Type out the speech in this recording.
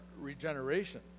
regeneration